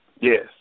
Yes